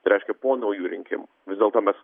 tai reiškia po naujų rinkimų vis dėlto mes